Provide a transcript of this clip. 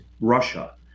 Russia